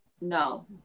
no